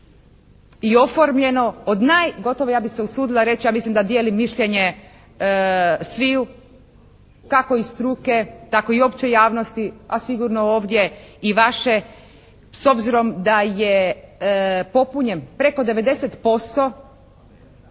i oformljeno od naj gotovo ja bih se usudila reći ja mislim da dijelim mišljenje sviju kako i struke tako i opće javnosti, a sigurno ovdje i vaše s obzirom da je popunjen preko 90%